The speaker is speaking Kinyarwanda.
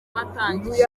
batangije